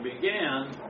began